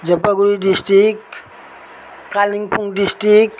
Jalpaiguri district Kalimpong district